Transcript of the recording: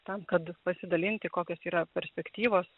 tam kad pasidalinti kokios yra perspektyvos